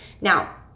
Now